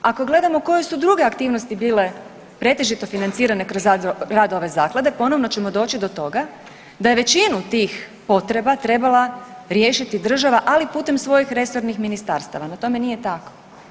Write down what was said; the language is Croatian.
Ako gledamo koje su druge aktivnosti bile pretežito financirane kroz rad ove zaklade ponovno ćemo doći do toga da je većinu tih potreba trebala riješiti država ali putem svojih resornih ministarstava, no tome nije tako.